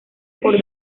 por